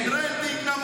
עם רייטינג נמוך,